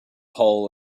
hull